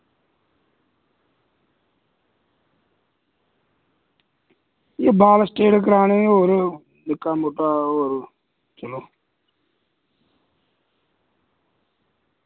एह् बाल स्ट्रेट कराने होर निक्का मुट्टा होर चलो